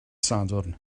sadwrn